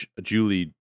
Julie